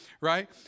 right